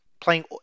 Playing